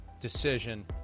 decision